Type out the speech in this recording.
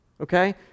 Okay